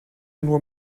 nur